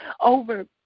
over